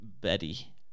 Betty